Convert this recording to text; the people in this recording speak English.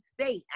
state